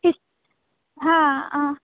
ಹಾಂ ಹಾಂ